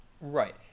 Right